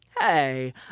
Hey